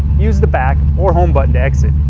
use the back or home button to exit,